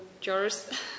jars